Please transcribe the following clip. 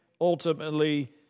ultimately